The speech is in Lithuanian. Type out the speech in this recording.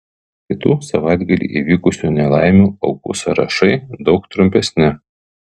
kitų savaitgalį įvykusių nelaimių aukų sąrašai daug trumpesni